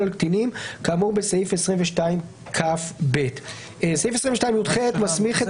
על קטינים כאמור בסעיף 22כ(ב)." סעיף 22יח מסמיך את